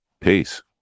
Peace